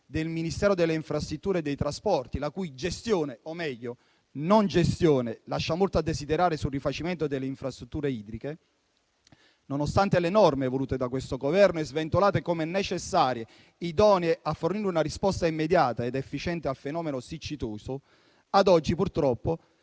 del Ministero delle infrastrutture e dei trasporti, la cui gestione o, meglio, non gestione lascia molto a desiderare sul rifacimento delle infrastrutture idriche, nonostante le norme volute da questo Governo e sventolate come necessarie e idonee a fornire una risposta immediata ed efficiente al fenomeno siccitoso, ad oggi purtroppo